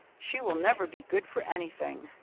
she will never be good for anything